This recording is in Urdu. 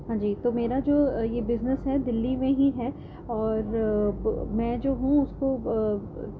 ہاں جی تو میرا جو یہ بزنس ہے دلی میں ہی ہے اور میں جو ہوں اس کو